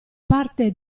parte